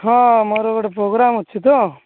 ହଁ ମୋର ଗୋଟେ ପ୍ରୋଗ୍ରାମ୍ ଅଛି ତ